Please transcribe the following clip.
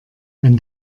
wenn